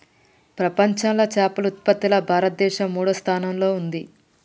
ప్రపంచంలా చేపల ఉత్పత్తిలా భారతదేశం మూడో స్థానంలా ఉంది